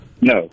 No